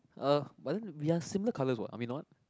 ugh but then we are similar colours what are we not